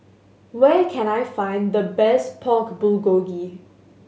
where can I find the best Pork Bulgogi